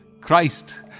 Christ